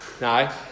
No